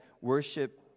worship